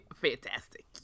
fantastic